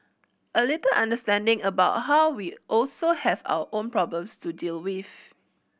a little understanding about how we also have our own problems to deal with